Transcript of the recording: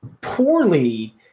poorly